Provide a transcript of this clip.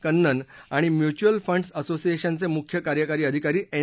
कन्नन आणि mutual funds असोसिएशनचे मुख्य कार्यकारी अधिकारी एन